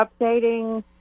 updating